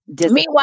meanwhile